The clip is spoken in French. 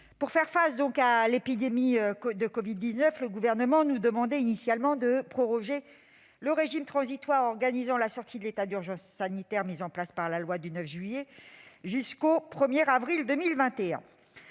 pour faire face à l'épidémie de covid-19, le Gouvernement nous demandait initialement de proroger le régime transitoire organisant la sortie de l'état d'urgence sanitaire, mis en place par la loi du 9 juillet 2020, jusqu'au 1 avril 2021.